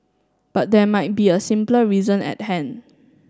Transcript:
but there might be a much simpler reason at hand